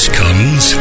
comes